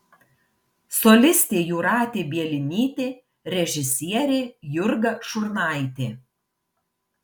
solistė jūratė bielinytė režisierė jurga šurnaitė